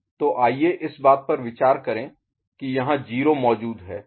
तो आइए इस बात पर विचार करें कि यहाँ 0 मौजूद है